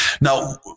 Now